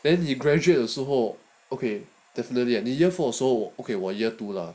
then 你 graduate 的时候 okay definitely year four 的时候 so okay 我 year two lah